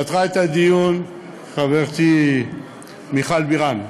פתחה את הדיון חברתי מיכל בירן,